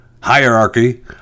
hierarchy